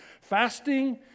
Fasting